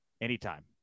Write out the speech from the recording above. anytime